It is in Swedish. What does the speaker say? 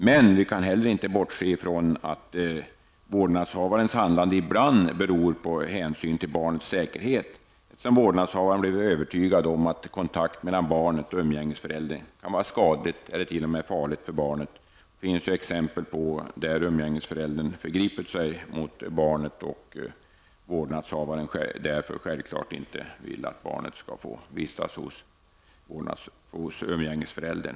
Men vi kan heller inte bortse från det faktum att vårdnadshavarens handlande ibland beror på hänsyn till barnets säkerhet -- t.ex. då vårdnadshavaren har blivit övertygad om att kontakt mellan barnet och umgängesföräldern kan vara skadlig eller t.o.m. farlig för barnet. Det finns ju exempel på fall där umgängesföräldern har förgripit sig mot sitt barn och där vårdnadshavaren, självfallet, inte vill att barnet skall få vistas hos umgängesföräldern.